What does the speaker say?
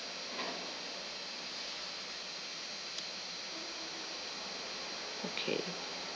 okay